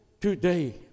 today